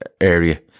area